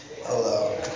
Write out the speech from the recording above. hello